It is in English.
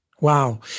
Wow